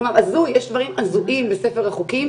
כלומר יש דברים הזויים בספר החוקים,